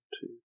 Two